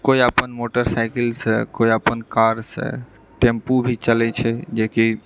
कोइ अपन मोटर साइकिलसँ केओ अपन कारसँ टेम्पू भी चलै छै जेकि